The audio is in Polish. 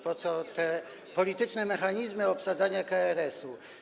Po co te polityczne mechanizmy obsadzania KRS?